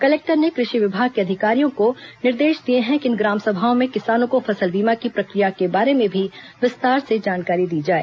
collector ने कृषि विभाग के अधिकारियों को निर्देश दिए हैं कि इन ग्राम सभाओं में किसानों को फसल बीमा की प्रक्रिया के बारे में भी विस्तार से जानकारी दी जाए